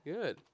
Good